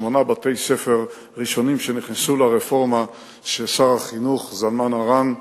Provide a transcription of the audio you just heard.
שמונה בתי-ספר ראשונים שנכנסו לרפורמה ששר החינוך זלמן ארן,